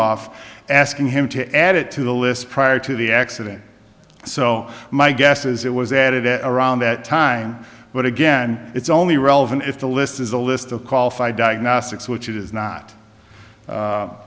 off asking him to add it to the list prior to the accident so my guess is it was added at around that time but again it's only relevant if the list is a list of qualified diagnostics which is